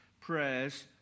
prayers